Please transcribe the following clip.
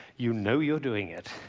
you know you're doing it.